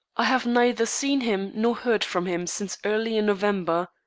i have neither seen him nor heard from him since early in november.